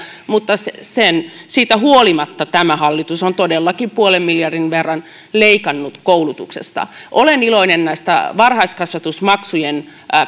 mutta siitä huolimatta tämä hallitus on todellakin puolen miljardin verran leikannut koulutuksesta olen iloinen tästä varhaiskasvatusmaksujen